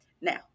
Now